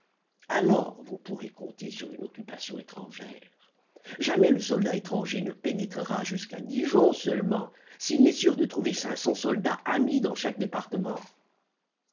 alors vous pourrez compter sur une occupation étrangère jamais le soldat étranger ne pénétrera jusqu'à dijon seulement s'il n'est sûr de trouver cinq cents soldats amis dans chaque département